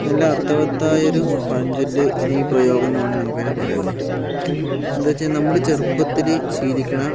നല്ല അർത്ഥവത്തായൊരു പഴഞ്ചൊല്ല് അല്ലെങ്കിൽ പ്രയോഗമെന്ന് വേണമെങ്കിൽ നമുക്കതിനെ പറയാൻ പറ്റും എന്താണെന്നു വെച്ചാൽ നമ്മുടെ ചെറുപ്പത്തില് ശീലിക്കണ